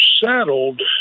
settled